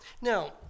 Now